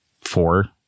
four